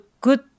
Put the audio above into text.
good